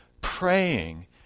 praying